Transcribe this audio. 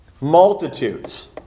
Multitudes